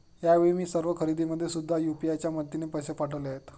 यावेळी मी सर्व खरेदीमध्ये सुद्धा यू.पी.आय च्या मदतीने पैसे पाठवले आहेत